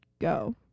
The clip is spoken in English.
go